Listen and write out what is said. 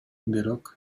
бирок